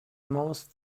most